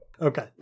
Okay